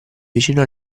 vicina